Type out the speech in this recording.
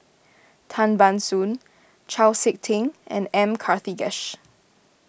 Tan Ban Soon Chau Sik Ting and M Karthigesu